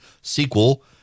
sequel